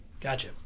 gotcha